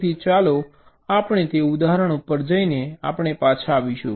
તેથી ચાલો આપણે તે ઉદાહરણ ઉપર જઈને આપણે પાછા આવીશું